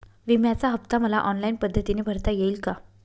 विम्याचा हफ्ता मला ऑनलाईन पद्धतीने भरता येईल का?